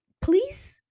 please